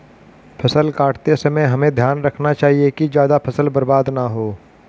फसल काटते समय हमें ध्यान रखना चाहिए कि ज्यादा फसल बर्बाद न हो